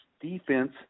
defense